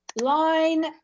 line